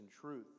truth